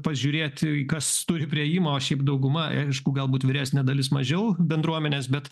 pažiūrėti kas turi priėjimą o šiaip dauguma aišku galbūt vyresnė dalis mažiau bendruomenės bet